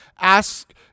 ask